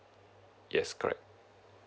yes correct